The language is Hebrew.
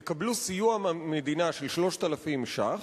לעת עתה יקבלו סיוע מהמדינה של 3,000 ש"ח,